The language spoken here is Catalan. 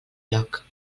lloc